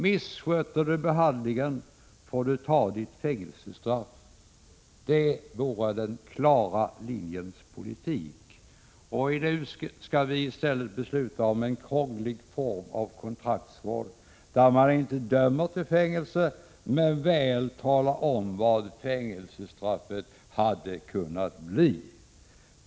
Missköter du behandlingen får du ta ditt fängelsestraff. Det vore den klara linjens politik. Nu skall vi i stället besluta om en krånglig form av kontraktsvård, där man inte dömer till fängelse, men väl talar om vad fängelsestraffet hade kunnat bli.